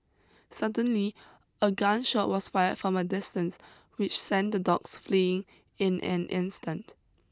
suddenly a gun shot was fired from a distance which sent the dogs fleeing in an instant